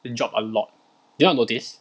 it dropped a lot did you not notice